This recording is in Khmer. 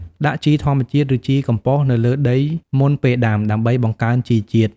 ដាក់ជីធម្មជាតិ ឬជីកំប៉ុស្តនៅលើដីមុនពេលដាំ ដើម្បីបង្កើនជីជាតិ។